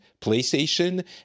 PlayStation